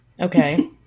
okay